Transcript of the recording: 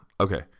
Okay